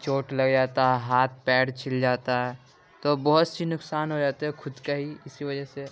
چوٹ لگ جاتا ہے ہاتھ پیر چھل جاتا ہے تو بہت سی نقصان ہو جاتا ہے خود کا ہی اسی وجہ سے